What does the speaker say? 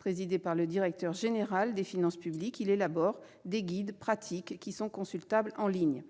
Présidé par le directeur général des finances publiques, il élabore des guides pratiques consultables en ligne.